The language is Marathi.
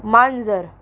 मांजर